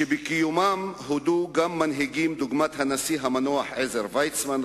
שבקיומם הודו גם מנהיגים דוגמת הנשיא המנוח עזר ויצמן,